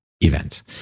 events